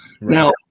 Now